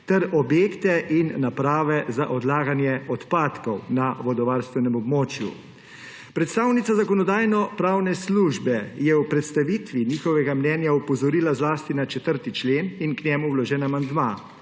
ter objekte in naprave za odlaganje odpadkov na vodovarstvenem območju. Predstavnica Zakonodajno-pravne službe je v predstavitvi njihovega mnenja opozorila zlasti na 4. člen in k njemu vložen amandma.